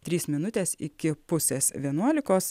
trys minutės iki pusės vienuolikos